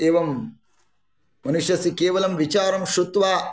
एवं मनुष्यस्य केवलं विचारं श्रुत्वा